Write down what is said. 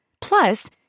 Plus